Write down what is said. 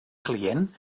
client